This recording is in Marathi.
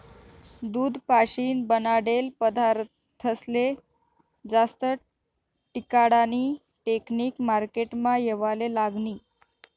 दूध पाशीन बनाडेल पदारथस्ले जास्त टिकाडानी टेकनिक मार्केटमा येवाले लागनी